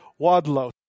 Wadlow